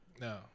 No